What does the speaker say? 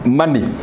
money